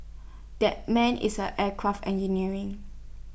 that man is an aircraft engineering